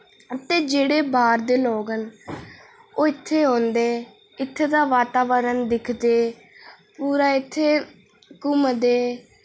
ते जेह्ड़े बाह्र दे लोक न ओह् इत्थै औंदे इत्थै दा वातावरण दिखदे पूरा इत्थै घुमदे